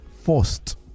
forced